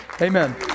Amen